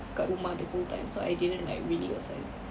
kat rumah the whole time so I didn't like really was like